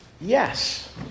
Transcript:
Yes